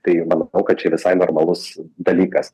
tai manau kad čia visai normalus dalykas